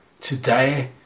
today